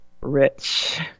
rich